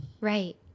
Right